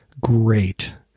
great